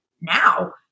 now